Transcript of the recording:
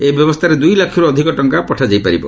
ଏହି ବ୍ୟବସ୍ଥାରେ ଦୁଇ ଲକ୍ଷରୁ ଅଧିକ ଟଙ୍କା ପଠାଯାଇଥାଏ